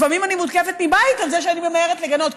לפעמים אני מותקפת מבית על זה שאני ממהרת לגנות,